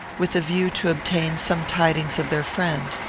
with a view to obtain some tidings of their friend.